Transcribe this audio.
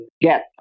get